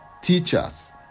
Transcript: teachers